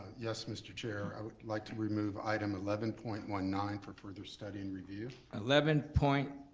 yes mr. chair. i would like to remove item eleven point one nine for further study and review. eleven point